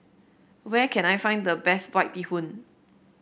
where can I find the best White Bee Hoon